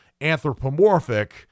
anthropomorphic